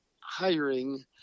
hiring